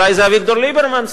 אולי זה אביגדור ליברמן,